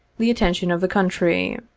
the attention of the country.